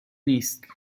نیست